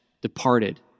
departed